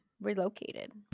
relocated